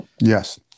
yes